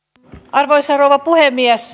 arvoisa rouva puhemies